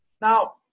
Now